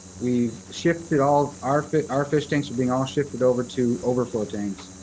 we've shipped it all, our fish our fish tanks are being all shifted over to overflow tanks.